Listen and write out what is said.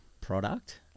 product